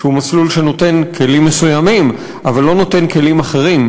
שהוא מסלול שנותן כלים מסוימים אבל לא נותן כלים אחרים.